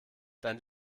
dein